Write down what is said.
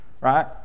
Right